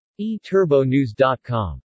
eTurboNews.com